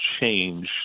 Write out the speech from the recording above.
change